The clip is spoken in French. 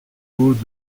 haut